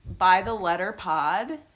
ByTheLetterPod